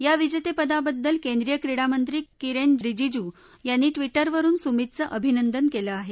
या विजस्तांदेवद्दल केंद्रीय क्रिडामंत्री किरम्तरिजीजु यांनी ट्विटरवरून सुमीतचं अभिनंदन कले आह